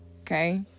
Okay